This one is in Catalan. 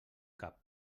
cap